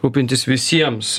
rūpintis visiems